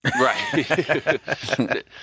Right